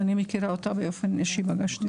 אני מכירה אותה באופן אישי, פגשתי אותה.